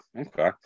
okay